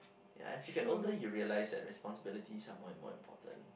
ya as you get older you'll realise that responsibilities are more and more important